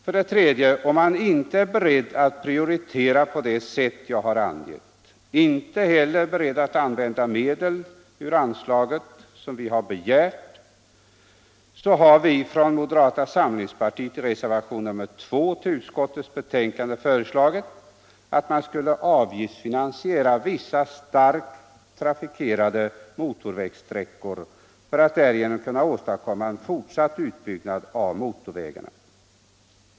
För den händelse man inte är beredd att prioritera på det sätt jag har angett och inte heller är beredd att använda medel ur det nämnda anslaget, som vi har begärt, har vi från moderata samlingspartiet i reservationen 2 till utskottets betänkande föreslagit att man skulle avgiftsfinansiera vissa starkt trafikerade motorvägssträckor för att därigenom kunna åstadkomma en fortsatt utbyggnad av motorvägarna.